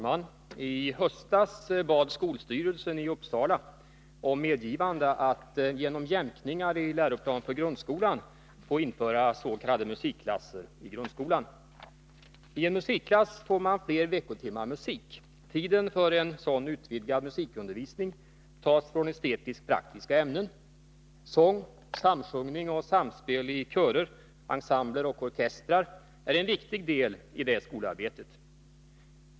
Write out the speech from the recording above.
Herr talman! I höstas bad skolstyrelsen i Uppsala om medgivande att genom jämkningar i Läroplan för grundskolan införa s.k. musikklasser i grundskolan. I en musikklass får man fler veckotimmar musik. Tiden för en sådan utvidgad musikundervisning tas från estetisk-praktiska ämnen. Sång, samsjungning och samspel i körer, ensembler och orkestrar är en viktig del i det skolarbetet.